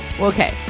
Okay